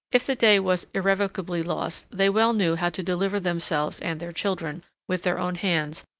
if the day was irrecoverably lost, they well knew how to deliver themselves and their children, with their own hands,